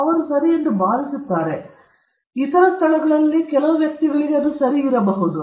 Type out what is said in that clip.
ಅವರು ಸರಿ ಎಂದು ಭಾವಿಸುತ್ತಾರೆ ಮತ್ತು ಕೆಲವು ಇತರ ಸ್ಥಳಗಳಲ್ಲಿ ಅಥವಾ ಕೆಲವು ಇತರ ವ್ಯಕ್ತಿಗಳಲ್ಲಿ ಸರಿ ಇರಬಹುದು